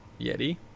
yeti